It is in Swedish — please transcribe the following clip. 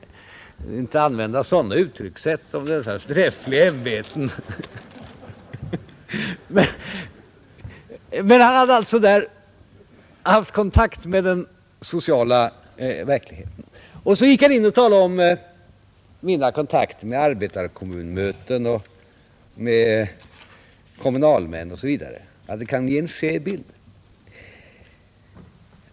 Man behöver inte använda sådana uttryck om dessa förträffliga ämbeten! Men han hade alltså i sitt län haft kontakt med den sociala verkligheten. Han fortsatte med att tala om mina kontakter med arbetarkommunmöten och med kommunalmän och menade att de kan ge en skev bild.